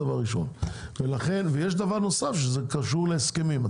ויש דבר נוסף שקשור להסכמים.